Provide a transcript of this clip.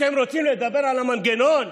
אתם רוצים לדבר על המנגנון?